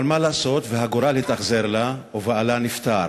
אבל מה לעשות והגורל התאכזר אליה ובעלה נפטר,